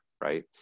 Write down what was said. right